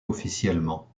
officiellement